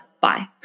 bye